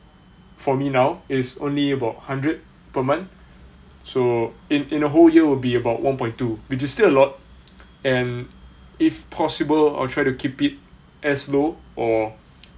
for me now is only about hundred per month so in in a whole year will be about one point two which is still a lot and if possible I'll try to keep it as low or